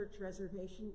reservation